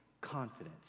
confidence